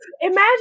imagine